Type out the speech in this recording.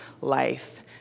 life